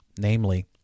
namely